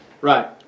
Right